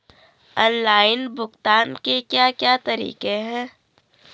Online भुगतान के क्या क्या तरीके हैं?